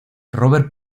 robert